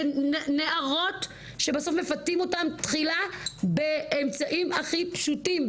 זה נערות שבסוף מפתים אותן תחילה באמצעים הכי פשוטים,